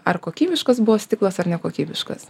ar kokybiškas buvo stiklas ar nekokybiškas